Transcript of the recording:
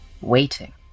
waiting